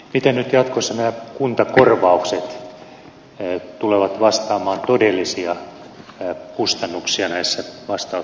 miten nyt jatkossa nämä kuntakorvaukset tulevat vastaamaan todellisia kustannuksia näissä vastaanottokeskuksissa